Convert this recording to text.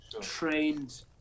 trained